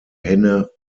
henne